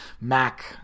Mac